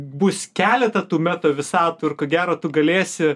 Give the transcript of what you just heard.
bus keleta tų meta visatų ir ko gero tu galėsi